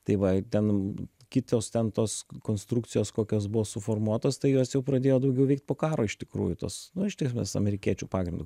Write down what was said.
tai va ten kitos ten tos konstrukcijos kokios buvo suformuotos tai jos jau pradėjo daugiau veikt po karo iš tikrųjų tos nu iš ties mes amerikiečių pagrindu